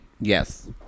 Yes